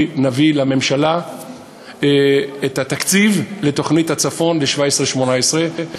נביא לממשלה את התקציב לתוכנית הצפון ל-17'-18'.